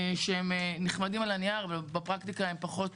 שהם נחמדים על הנייר ובפרקטיקה פחות